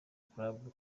club